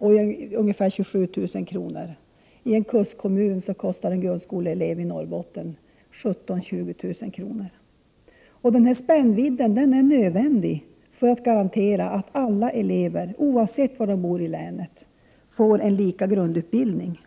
kostar, nämligen ca 27 000 kr. I en kustkommun i Norrbotten kostar en grundskoleelev ca 17 000-20 000 kr. Denna spännvidd är nödvändig för att garantera att alla elever, oavsett var de bor i länet, får lika grundutbildning.